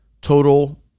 total